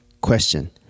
Question